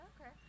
Okay